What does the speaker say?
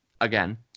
again